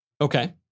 Okay